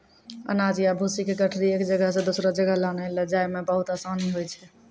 अनाज या भूसी के गठरी एक जगह सॅ दोसरो जगह लानै लै जाय मॅ बहुत आसानी होय छै